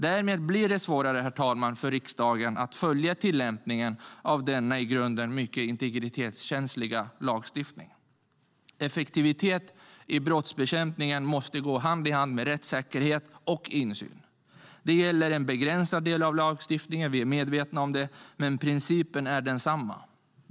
Därmed blir det svårare, herr talman, för riksdagen att följa tillämpningen av denna i grunden mycket integritetskänsliga lagstiftning. Effektivitet i brottsbekämpningen måste gå hand i hand med rättssäkerhet och insyn. Det gäller en begränsad del av lagstiftningen - vi är medvetna om det - men principen är densamma.